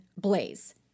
Blaze